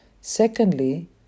Secondly